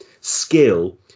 skill